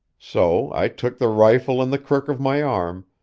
so i took the rifle in the crook of my arm,